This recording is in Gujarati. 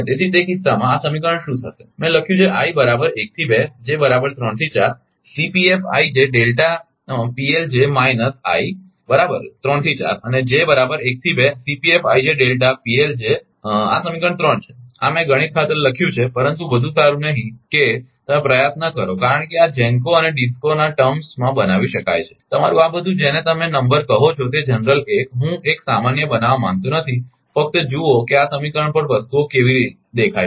તેથી તે કિસ્સામાં આ સમીકરણ શું થશે મેં લખ્યું છે i બરાબર 1 થી 2 j બરાબર 3 થી 4 Cpf i j delta PLj minus i બરાબર 3 થી 4 અને j બરાબર 1 થી 2 Cpf i j delta PLj આ સમીકરણ 3 છે આ મેં ગણિત ખાતર લખ્યું છે પરંતુ વધુ સારું નહીં કે તમે પ્રયાસ ન કરો કારણ કે આ GENCO અને DISCO ના ટર્મસરૂપમાં બનાવી શકાય છે તમારુ આ બધુ જેને તમે નંબર કહો છો તે જનરલ 1 હું 1 સામાન્ય બનાવવા માંગતો નથી ફક્ત જુઓ કે આ સમીકરણ પર વસ્તુઓ કેવી દેખાય છે ખરુ ને